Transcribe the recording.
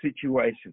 situation